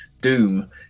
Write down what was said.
doom